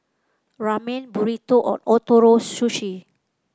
Ramen Burrito and Ootoro Sushi